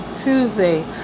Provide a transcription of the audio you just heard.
tuesday